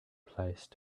place